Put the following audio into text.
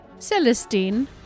celestine